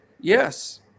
Yes